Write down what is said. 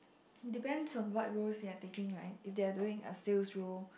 depends on what roles they are taking right if they're doing a sales role